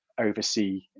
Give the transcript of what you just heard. oversee